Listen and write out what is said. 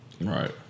Right